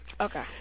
Okay